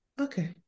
Okay